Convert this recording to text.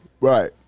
Right